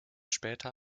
später